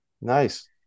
Nice